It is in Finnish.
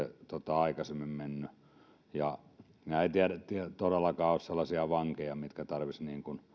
aikaisemmin mennyt nämä eivät todellakaan ole sellaisia vankeja joista tarvitsisi